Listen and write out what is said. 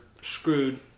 screwed